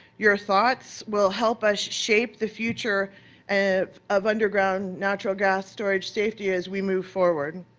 your thoughts will help us shape the future and of underground natural gas storage safety as we move forward.